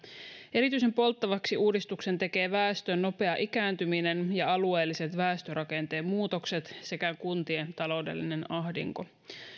erityisen polttavaksi uudistuksen tekee väestön nopea ikääntyminen ja alueelliset väestörakenteen muutokset sekä kuntien taloudellinen ahdinko